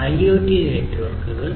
IoT നെറ്റ്വർക്കുകൾ